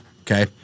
Okay